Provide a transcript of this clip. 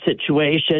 situation